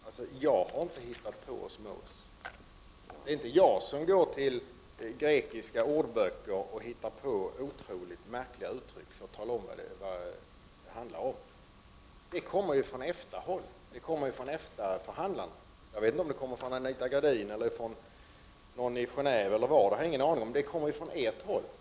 Fru talman! Jag har inte hittat på osmos. Det är inte jag som går till grekiska ordböcker och hittar på otroligt märkliga uttryck för att tala om vad det handlar om. Det kommer från EFTA-håll. Det kommer från EFTA-förhandlarna. Jag vet inte om det kommer från Anita Gradin eller från Gen&ve — det har jag ingen aning om — men det kommer från ert håll.